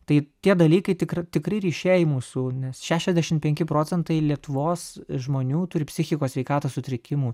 tai tie dalykai tikra tikri ryšiai mūsų nes šešiasdešimt penki procentai lietuvos žmonių turi psichikos sveikatos sutrikimų